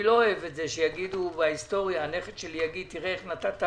אני לא רוצה שהנכד שלי יגיד: איך נתת